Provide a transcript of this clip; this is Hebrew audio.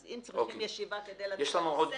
אז אם צריכים ישיבה כדי לדון על נושא,